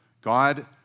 God